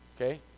Okay